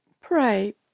pray